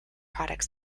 products